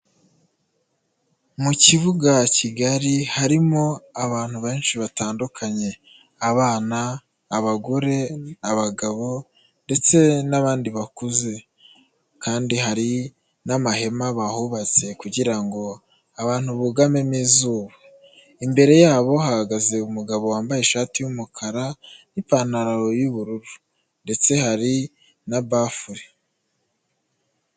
Mu kibuga kigari harimo abantu benshi batandukanye: abana, abagore, abagabo ndetse n'abandi bakuze kandi hari n'amahema bahubatse kugira ngo abantu bugamemo izuba, imbere yabo hahagaze umugabo wambaye ishati y'umukara n'ipantaro y'ubururu ndetse hari na bafure.